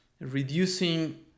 reducing